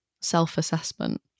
self-assessment